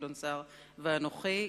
ואנוכי,